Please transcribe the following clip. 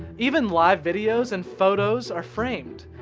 even live videos and photos are framed.